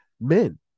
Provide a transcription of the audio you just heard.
Men